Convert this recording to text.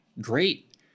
Great